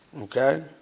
okay